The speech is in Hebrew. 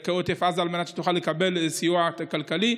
כעוטף עזה, כדי שתוכל לקבל סיוע כלכלי.